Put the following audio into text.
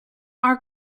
our